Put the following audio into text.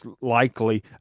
likely